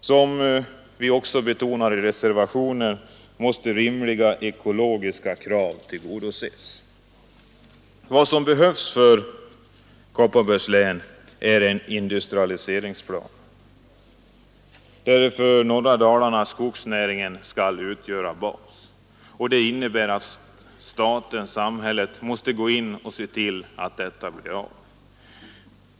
Såsom betonas i vpk-reservationen 1 måste rimliga ekologiska krav tillgodoses. Vad som behövs för Kopparbergs län är en industrialiseringsplan, där i norra Dalarna skogsnäringen skall utgöra bas. Det innebär att staten-samhället måste gå in och se till att detta blir av.